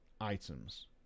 items